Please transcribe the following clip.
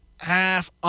half